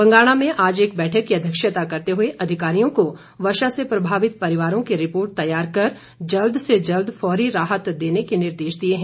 बंगाणा में आज एक बैठक की अध्यक्षता करते हुए अधिकारियों को वर्षा से प्रभावित परिवारों की रिपोर्ट तैयार कर जल्द से जल्द फौरी राहत देने के निर्देश दिए है